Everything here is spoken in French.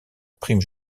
prime